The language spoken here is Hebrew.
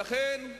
ולכן,